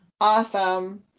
awesome